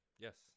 Yes